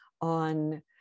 on